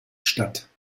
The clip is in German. statt